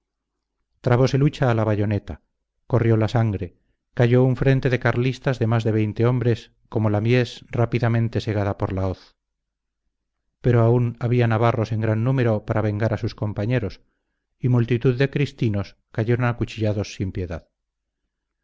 hostigaba trabose lucha a la bayoneta corrió la sangre cayó un frente de carlistas de más de veinte hombres como la mies rápidamente segada por la hoz pero aún había navarros en gran número para vengar a sus compañeros y multitud de cristinos cayeron acuchillados sin piedad